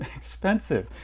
expensive